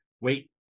wait